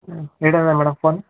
ಹಾಂ ಇಡೋದಾ madam phone